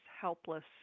helpless